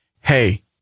Hey